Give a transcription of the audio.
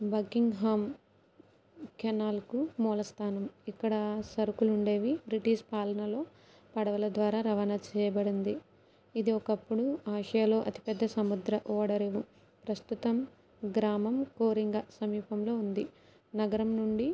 Buckingham కెనాల్కు మూలస్థానం ఇక్కడ సరుకులు ఉండేవి బ్రిటీష్ పాలనలో పడవల ద్వారా రవాణా చేయబడింది ఇది ఒకప్పుడు ఆసియాలో అతిపెద్ద సముద్ర ఓడరేవు ప్రస్తుతం గ్రామం కోరింగ సమీపంలో ఉంది నగరం నుండి